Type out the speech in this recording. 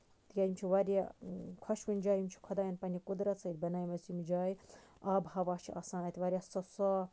تِکیازِ یِم چھِ واریاہ خۄشوٕنۍ جایہِ یِم چھِ خۄداین پَنٕنہِ قۄدرت سۭتۍ بَناومَژٕ یِم جایہِ آب ہوا چھُ آسان اَتہِ واریاہ سُہ صاف